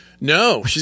No